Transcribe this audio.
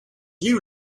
you